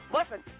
Listen